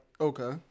Okay